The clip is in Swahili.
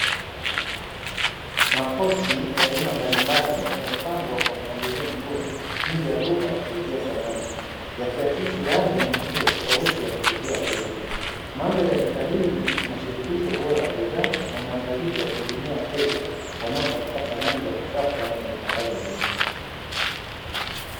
Makochi ya aina mbalimbali yamepangwa kwa mpangilio mzuri nje ya duka la kuuzia samani, yakihakisi rangi na mitindo tofauti ya kuvutia wateja, mandhari ya duka hili inathibitisha ubora wa bidhaa na maandalizi ya kuhudumia wateja wanaotafuta samani za kisasa na zitakazodumu